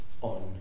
on